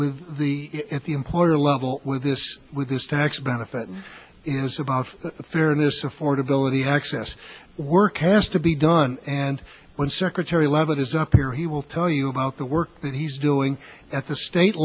with the at the employer level with this with this tax benefit is about fairness affordability access work has to be done and when secretary leavitt is up there he will tell you about the work that he's doing at the state